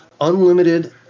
unlimited